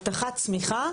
הבטחת צמיחה,